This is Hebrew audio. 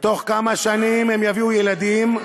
בתוך כמה שנים הם יביאו ילדים,